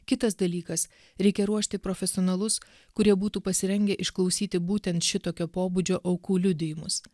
kitas dalykas reikia ruošti profesionalus kurie būtų pasirengę išklausyti būtent šitokio pobūdžio aukų liudijimus